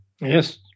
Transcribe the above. Yes